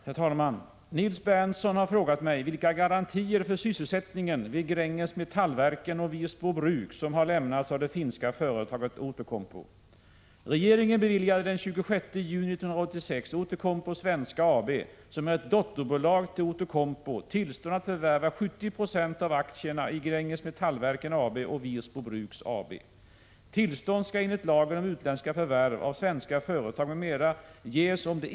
Herr talman! Nils Berndtson har frågat mig vilka garantier för sysselsättningen vid Gränges Metallverken och Wirsbo Bruk som har lämnats av det finska företaget Outokumpu.